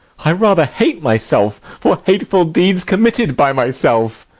i rather hate myself for hateful deeds committed by myself!